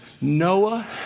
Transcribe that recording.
Noah